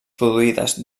produïdes